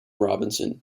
robinson